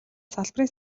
салбарын